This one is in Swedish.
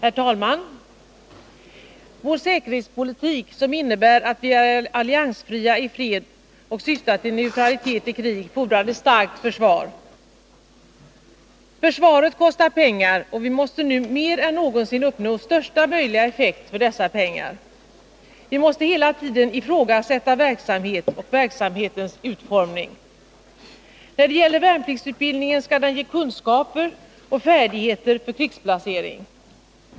Herr talman! Vår säkerhetspolitik, som innebär att vi är alliansfria i fred och syftar till neutralitet i krig, fordrar ett starkt försvar. Försvaret kostar pengar, och vi måste nu mer än någonsin uppnå största möjliga effekt för dessa pengar. Vi måste hela tiden ifrågasätta verksamhet och verksamhetens utformning. Värnpliktsutbildningen skall ge kunskaper och färdigheter för en krigsplacering.